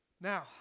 Now